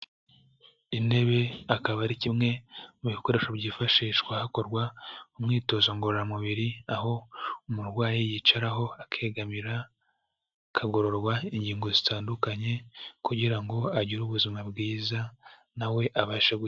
Intebe akaba ari kimwe mu bikoresho byifashishwa hakorwa umwitozo ngororamubiri, aho umurwayi yicaraho akegamira akagororwa ingingo zitandukanye, kugira ngo agire ubuzima bwiza nawe abasha guki...